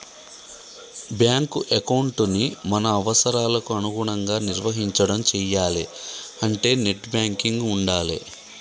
bank ఎకౌంటుని మన అవసరాలకి అనుగుణంగా నిర్వహించడం చెయ్యాలే అంటే నెట్ బ్యాంకింగ్ ఉండాలే